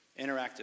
Interactive